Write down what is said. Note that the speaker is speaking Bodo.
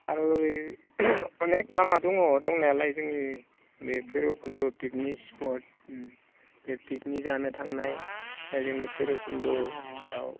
आरो ओरै अनेख लामा दङ दंनायालाय जोंनि बे भैराबकुन्द पिकनिक स्पट बे पिकनिक जानो थांनाय जोंनि भैराबकुन्दआव